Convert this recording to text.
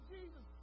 Jesus